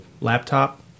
laptop